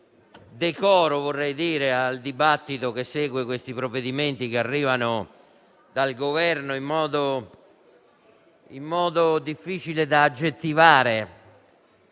decoro al dibattito che segue questi provvedimenti, che arrivano dal Governo in modo difficile da aggettivare.